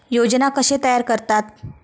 योजना कशे तयार करतात?